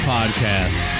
Podcast